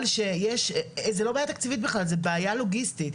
וזאת לא בעיה תקציבית בכלל, זו בעיה לוגיסטית.